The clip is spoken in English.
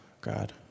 God